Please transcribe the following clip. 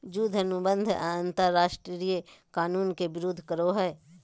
युद्ध अनुबंध अंतरराष्ट्रीय कानून के विरूद्ध करो हइ